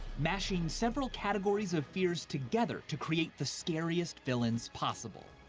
mashing several categories of fears together to create the scariest villains possible.